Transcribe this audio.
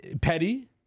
petty